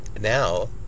Now